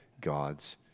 God's